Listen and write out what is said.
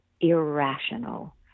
irrational